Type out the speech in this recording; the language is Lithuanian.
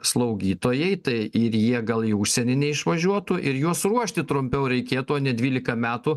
slaugytojai tai ir jie gal į užsienį neišvažiuotų ir juos ruošti trumpiau reikėtų o ne dvylika metų